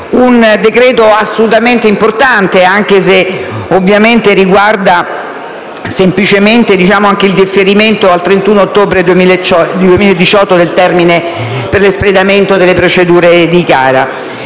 è assolutamente importante, anche se riguarda semplicemente il differimento al 31 ottobre 2018 del termine per l'espletamento delle procedure di gara.